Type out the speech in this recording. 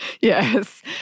Yes